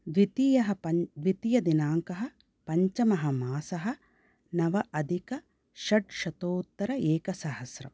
द्वितीयः पञ्च द्वितीयदिनाङ्कः पञ्चमः मासः नव अदिकषट्शतोत्तर एकसहस्रं